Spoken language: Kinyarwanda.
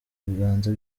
biganza